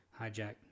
hijack